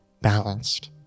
balanced